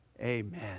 Amen